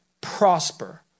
prosper